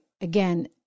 again